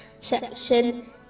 section